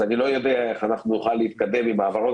אני לא יודע איך נוכל להתקדם עם ההעברות